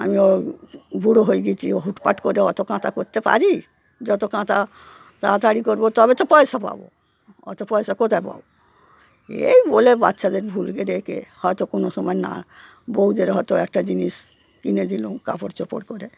আমি ও বুড়ো হয়ে গেছি হুটপাট করে অতো কাঁথা করতে পারি যতো কাঁথা তাড়াতাড়ি করবো তবে তো পয়সা পাবো অতো পয়সা কোথায় পাবো এই বলে বাচ্চাদের ভুলিয়ে রেখে হয়তো কোনো সময় না বউদের হয়তো একটা জিনিস কিনে দিলুম কাপড় চোপড় করে